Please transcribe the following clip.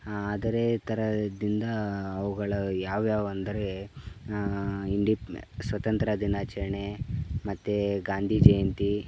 ಹಾಂ ಆದರೆ ಥರದಿಂದ ಅವ್ಗಳು ಯಾವ್ಯಾವು ಅಂದರೆ ಇಂಡಿ ಸ್ವತಂತ್ರ ದಿನಾಚರಣೆ ಮತ್ತು ಗಾಂಧೀ ಜಯಂತಿ